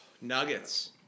Nuggets